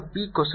1 P